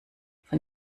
von